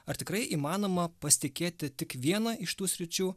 ar tikrai įmanoma pasitikėti tik viena iš tų sričių